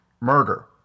murder